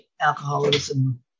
alcoholism